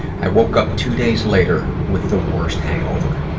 i woke up two days later with the worst hangover.